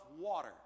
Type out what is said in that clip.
water